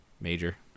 major